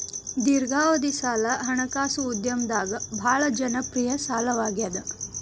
ದೇರ್ಘಾವಧಿ ಸಾಲ ಹಣಕಾಸು ಉದ್ಯಮದಾಗ ಭಾಳ್ ಜನಪ್ರಿಯ ಸಾಲವಾಗ್ಯಾದ